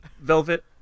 velvet